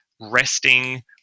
resting